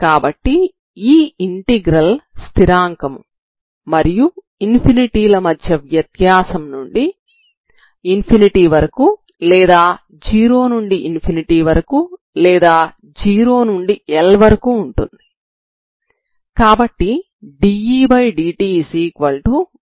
కాబట్టి ఈ ఇంటిగ్రల్ స్థిరాంకం మరియు ∞ ల మధ్య వ్యత్యాసం నుండి ∞ వరకు లేదా 0 నుండి ∞ వరకు లేదా 0 నుండి L వరకు ఉంటుంది